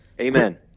Amen